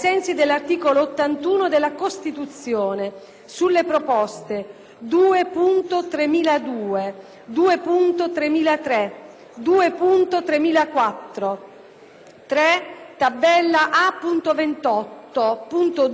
sulle proposte 2.3002, 2.3003, 2.3004, 3.Tab.A.28, 2.3, 2.6,